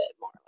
more